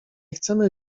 chcemy